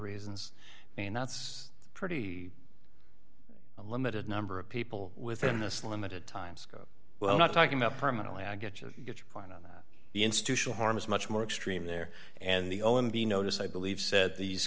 reasons and that's a pretty limited number of people within this limited time scope well not talking about permanently i get you get your point on the institutional harm is much more extreme there and the o m b notice i believe said these